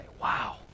wow